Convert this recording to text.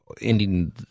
ending